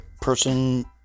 person